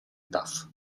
daf